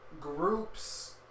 groups